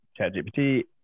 ChatGPT